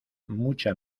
mucha